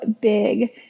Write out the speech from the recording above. big